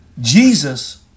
Jesus